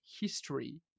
history